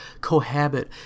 cohabit